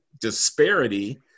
disparity